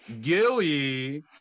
Gilly